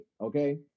okay